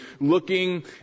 looking